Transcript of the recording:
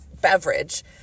beverage